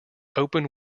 open